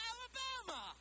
Alabama